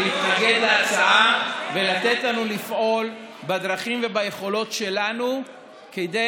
להתנגד להצעה ולתת לנו לפעול בדרכים וביכולות שלנו כדי